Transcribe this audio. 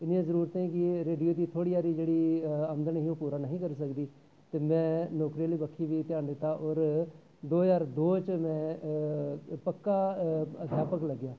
इन्नियें जरूरतें गी रेडियो दी थोह्ड़ी हारी जेह्ड़ी आमदन ही ओह् पूरा नेईं करी सकदी ते मैं नौकरी आह्ली बक्खी बी ध्यान दित्ता होर दो ज्हार दौ च मैं पक्का अध्यापक लग्गेआ